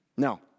Now